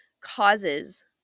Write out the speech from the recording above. causes